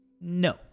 No